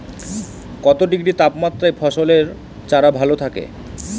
কত ডিগ্রি তাপমাত্রায় ফসলের চারা ভালো থাকে?